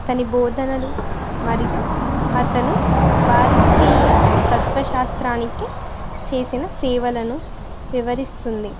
అతని బోధనలు మరియు అతను భారతీయ తత్వ శాస్త్రానికి చేసిన సేవలను వివరిస్తుంది